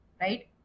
right